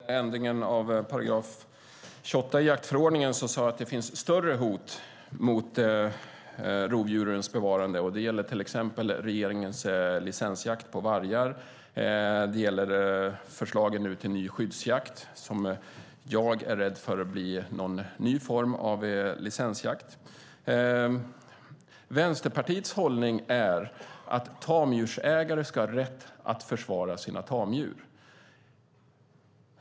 Fru talman! När det gäller ändringen av 28 § jaktförordningen sade jag att det finns större hot mot bevarandet av rovdjuren. Det gäller då till exempel vad regeringen säger om licensjakt på vargar och förslagen nu om ny skyddsjakt som jag är rädd blir en ny form av licensjakt. Vänsterpartiets hållning är att tamdjursägare ska ha rätt att försvara sina tamdjur.